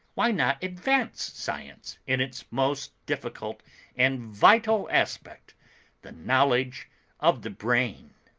why not advance science in its most difficult and vital aspect the knowledge of the brain?